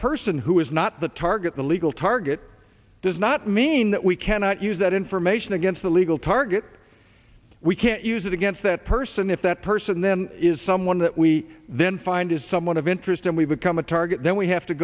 person who is not the target the legal target does not mean that we cannot use that information against the legal target we can't use it against that person if that person then is someone that we then find is someone of interest and we become a target then we have to